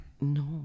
No